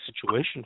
situation